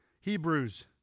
Hebrews